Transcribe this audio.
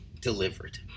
delivered